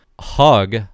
hug